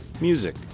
music